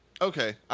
Okay